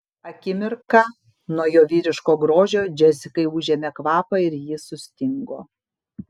akimirką nuo jo vyriško grožio džesikai užėmė kvapą ir ji sustingo